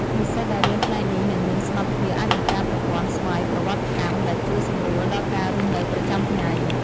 និស្សិតដែលរៀនផ្នែកនេះនឹងមានសមត្ថភាពអាចបង្កើតប្រព័ន្ធស្វ័យប្រវត្តិកម្មដែលជួយសម្រួលដល់ការរស់នៅប្រចាំថ្ងៃ។